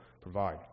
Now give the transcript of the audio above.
provide